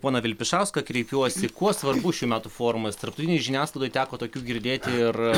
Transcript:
poną vilpišauską kreipiuosi kuo svarbus šių metų forumas tarptautinėj žiniasklaidoj teko tokių girdėti ir